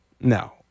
No